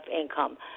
income